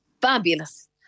fabulous